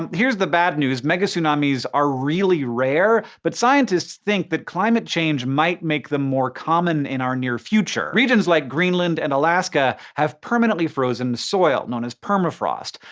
here's the bad news megatsunamis are really rare, but scientists think that climate change might make them more common in our near future. regions like greenland and alaska have permanently frozen soil known as permafrost.